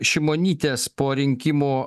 šimonytės po rinkimų